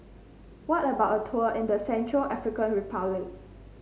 how about a tour in Central African Republic